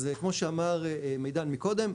אז כמו שאמר מידן מקודם,